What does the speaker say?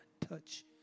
Touch